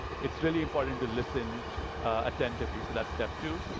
it's really important to listen attentively. so that's step two,